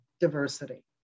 diversity